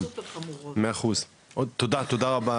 תודה רבה